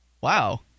Wow